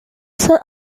set